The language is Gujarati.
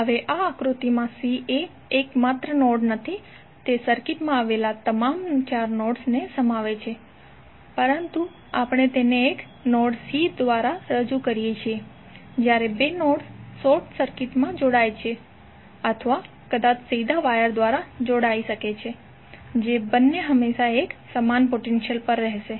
હવે આ આકૃતિમાં c એ એકમાત્ર નોડ નથી તે સર્કિટમાં આવેલા તમામ ચાર નોડ્સને સમાવે છે પરંતુ આપણે તેને એક નોડ c દ્વારા રજૂ કરીએ છીએ જ્યારે બે નોડ્સ શોર્ટ સર્કિટમાં જોડાય છે અથવા કદાચ સીધા વાયર દ્વારા જોડાઇ શકે છે જે બંને હંમેશાં એક સમાન પોટેન્ટિઅલ પર હેશે